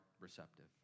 receptive